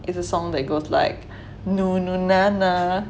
it's a song that goes like nunu nana